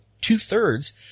two-thirds